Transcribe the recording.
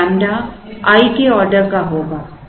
तो lambda i के order का होगा